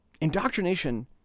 indoctrination